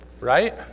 Right